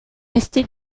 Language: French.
resté